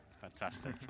fantastic